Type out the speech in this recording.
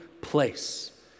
place